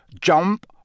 Jump